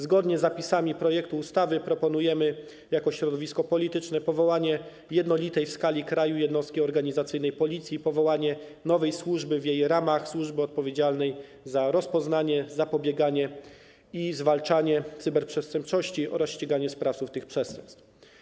Zgodnie z zapisami projektu ustawy proponujemy jako środowisko polityczne powołanie jednolitej w skali kraju jednostki organizacyjnej Policji, nowej służby w jej ramach, odpowiedzialnej za rozpoznawanie, zapobieganie i zwalczanie cyberprzestępczości oraz ściganie sprawców tych przestępstw.